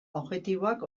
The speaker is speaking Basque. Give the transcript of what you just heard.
objektiboak